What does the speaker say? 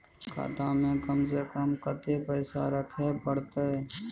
खाता में कम से कम कत्ते पैसा रखे परतै?